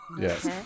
Yes